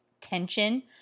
tension